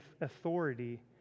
authority